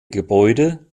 gebäude